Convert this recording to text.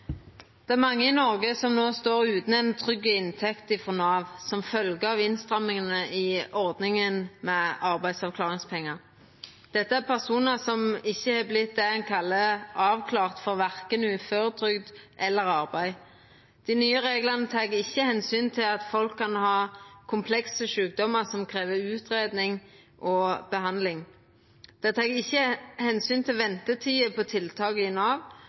Det er mange i Noreg som no står utan ei trygg inntekt frå Nav, som følgje av innstrammingane i ordninga med arbeidsavklaringspengar. Dette er personar som ikkje har vorte det ein kallar avklart for verken uføretrygd eller arbeid. Dei nye reglane tek ikkje omsyn til at folk kan ha komplekse sjukdomar som krev utgreiing og behandling. Dei tek ikkje omsyn til ventetida for tiltak i Nav,